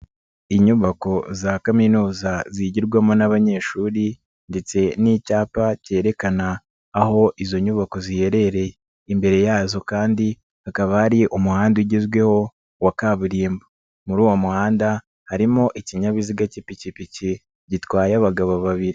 Inyubako za kaminuza zigirwamo n'abanyeshuri ndetse n'icyapa kerekana aho izo nyubako ziherereye, imbere y'azo kandi hakaba hari umuhanda ugezweho wa kaburimbo. Muri uwo muhanda harimo ikinyabiziga k'ipikipiki gitwaye abagabo babiri.